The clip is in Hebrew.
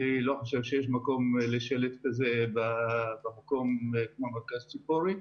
אני לא חושב שיש מקום לשלט כזה במקום כמו מרכז ציפורי,